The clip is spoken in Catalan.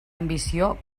ambició